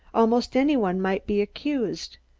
almost any one might be accused.